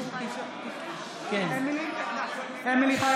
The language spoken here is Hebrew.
אמילי חיה